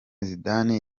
zidane